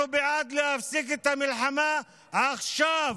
אנחנו בעד להפסיק את המלחמה עכשיו,